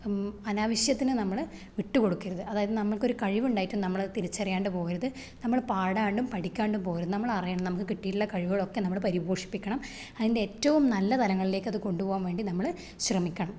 അനാവശ്യത്തിന് നമ്മൾ വിട്ട് കൊടുക്കരുത് അതായത് നമുക്കൊരു കഴിവുണ്ടായിട്ടും നമ്മളത് തിരിച്ചറിയാണ്ട് പോവരുത് നമ്മൾ പടാണ്ടും പഠിക്കാണ്ടും പോവരുത് നമ്മളറിയണം നമുക്ക് കിട്ടീട്ടുള്ള കഴിവുകളൊക്കെ നമ്മൾ പരിപോശിപ്പിക്കണം അതിന്റെറ്റവും നല്ല തലങ്ങളിലേക്കത് കൊണ്ടുപോവാന് വേണ്ടി നമ്മൾ ശ്രമിക്കണം